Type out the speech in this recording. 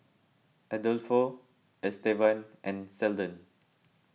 Adolfo Estevan and Seldon